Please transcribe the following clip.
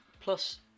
plus